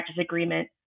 agreement